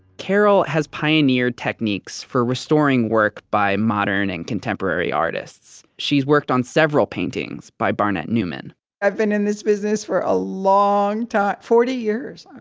carol has pioneered techniques for restoring work by modern and contemporary artists she's worked on several paintings by barnett newman i've been in this business for a long time, forty years.